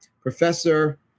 Professor